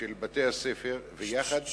של בתי-הספר ויחד